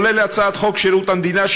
כולל הצעת חוק שירות המדינה,